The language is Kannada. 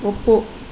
ಒಪ್ಪು